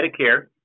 Medicare